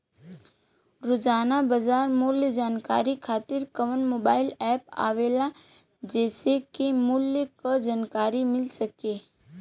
रोजाना बाजार मूल्य जानकारी खातीर कवन मोबाइल ऐप आवेला जेसे के मूल्य क जानकारी मिल सके?